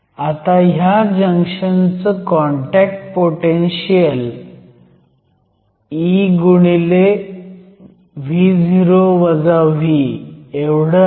आता ह्या जंक्शनचं कॉन्टॅक्ट पोटेनशीयल eVo - V आहे